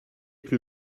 plus